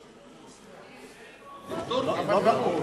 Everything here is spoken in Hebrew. עם טורקיה?